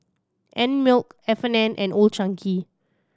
Einmilk F and N and Old Chang Kee